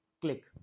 click